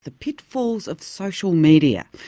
the pitfalls of social media,